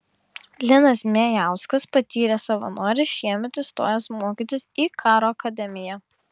linas zmejauskas patyręs savanoris šiemet įstojęs mokytis į karo akademiją